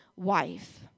wife